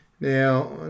Now